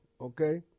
okay